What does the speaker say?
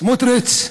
סמוטריץ.